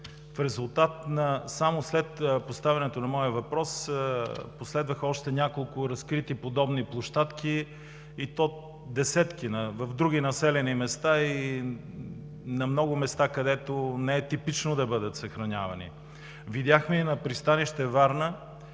След поставянето на моя въпрос последваха и бяха разкрити още няколко подобни площадки – и то десетки, в други населени места и на много места, където не е типично да бъдат съхранявани. На пристанище Варна